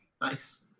Nice